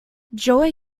joy